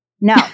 no